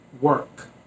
work